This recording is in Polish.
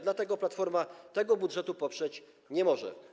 Dlatego Platforma tego budżetu poprzeć nie może.